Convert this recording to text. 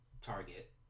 target